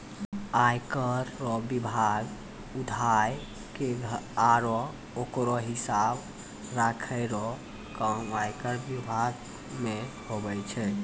आय कर रो पैसा उघाय के आरो ओकरो हिसाब राखै रो काम आयकर बिभाग मे हुवै छै